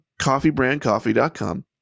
coffeebrandcoffee.com